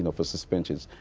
and for suspensions.